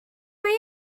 mae